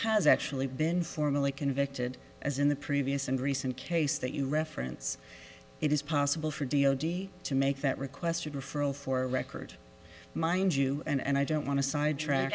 has actually been formally convicted as in the previous and recent case that you reference it is possible for d o d to make that request a referral for a record mind you and i don't want to sidetrack